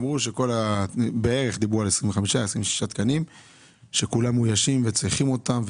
דיברו על בערך 26-25 תקנים וכולם מאוישים וצריכים אותם,